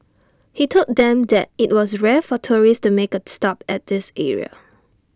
he told them that IT was rare for tourists to make A stop at this area